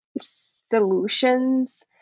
solutions